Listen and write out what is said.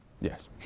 Yes